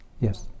Yes